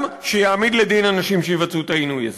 שיעמיד לדין אנשים שיבצעו את העינוי הזה.